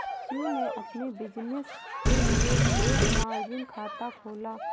शिव ने अपने बिज़नेस के लिए एक मार्जिन खाता खोला